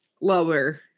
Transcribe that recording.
Lower